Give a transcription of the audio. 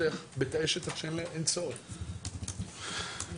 הן זועקות בקול מאוד ברור.